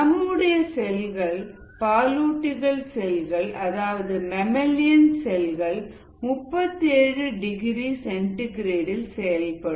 நம்முடைய செல்கள் பாலூட்டிகள் செல்கள் அதாவது மேமில்லியன் செல்கள் 37 டிகிரி சென்டிகிரேட்இல் செயல்படும்